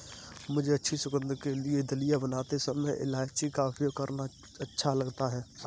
मुझे अच्छी सुगंध के लिए दलिया बनाते समय इलायची का उपयोग करना अच्छा लगता है